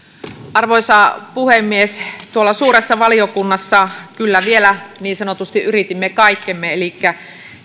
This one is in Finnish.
arvoisa puhemies tuolla suuressa valiokunnassa kyllä vielä niin sanotusti yritimme kaikkemme elikkä